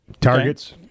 Targets